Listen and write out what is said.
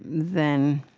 than,